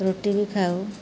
ରୁଟି ବି ଖାଉ